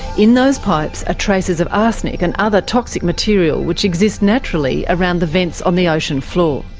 in those pipes are traces of arsenic and other toxic material which exist naturally around the vents on the ocean floor.